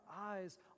eyes